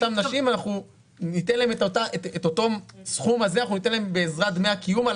ניתן לאותן נשים את אותו הסכום הזה בעזרת דמי הקיום על